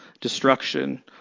destruction